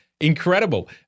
incredible